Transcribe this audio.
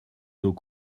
nos